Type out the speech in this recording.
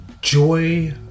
joy